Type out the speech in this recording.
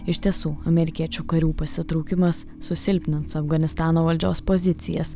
iš tiesų amerikiečių karių pasitraukimas susilpnins afganistano valdžios pozicijas